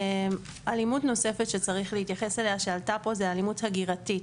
אלימות נוספת שצריך להתייחס אליה שעלתה פה זה אלימות הגירתית,